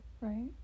right